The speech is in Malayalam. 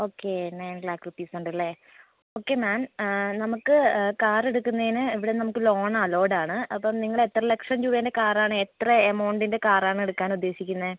ഓക്കെ നയൻ ലാക്ക് റുപ്പീസ് ഉണ്ടല്ലേ ഓക്കെ മാം നമുക്ക് കാർ എടുക്കുന്നതിന് ഇവിടെ നമുക്ക് ലോൺ അലൗഡ് ആണ് അപ്പം നിങ്ങൾ എത്ര ലക്ഷം രൂപേൻ്റെ കാർ ആണ് എത്ര എമൗണ്ടിൻ്റെ കാർ ആണ് എടുക്കാൻ ഉദ്ദേശിക്കുന്നത്